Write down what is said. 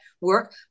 work